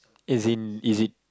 as in is it